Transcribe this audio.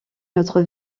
notre